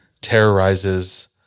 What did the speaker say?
Terrorizes